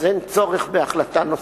אז אין צורך בהחלטה נוספת.